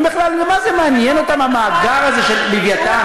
מה זה מעניין אותן המאגר הזה של "לווייתן".